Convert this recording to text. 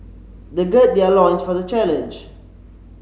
they gird their loins for the challenge